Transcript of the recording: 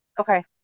Okay